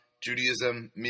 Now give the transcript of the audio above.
Judaism